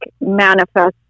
manifest